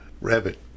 rabbit